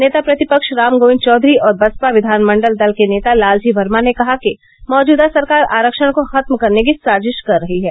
नेता प्रतिपक्ष राम गोविन्द चौधरी और बसपा विधानमंडल दल के नेता लालजी वर्मा ने कहा कि मौजूदा सरकार आरक्षण को खत्म करने की साजिश कर रही है